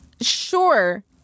sure